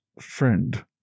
friend